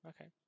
Okay